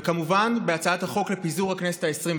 וכמובן בהצעת החוק לפיזור הכנסת ה-21,